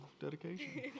dedication